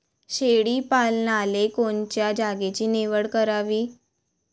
शेळी पालनाले कोनच्या जागेची निवड करावी?